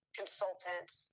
consultants